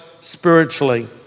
spiritually